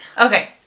Okay